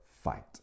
fight